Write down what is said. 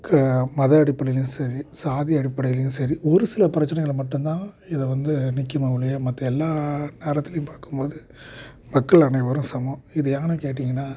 க மத அடிப்படையிலும் சரி சாதி அடிப்படையிலும் சரி ஒரு சில பிரச்சனைகளை மட்டும்தான் இதை வந்து நிற்குமே ஒழிய மற்ற எல்லா நேரத்திலும் பார்க்கும்போது மக்கள் அனைவரும் சமம் இது ஏன்னு கேட்டீங்கன்னா